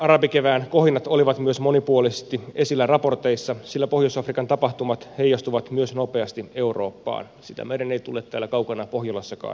arabikevään kohinat olivat myös monipuolisesti esillä raporteissa sillä pohjois afrikan tapahtumat heijastuvat myös nopeasti eurooppaan sitä meidän ei tule täällä kaukana pohjolassakaan unohtaa